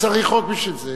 לא צריך חוק בשביל זה,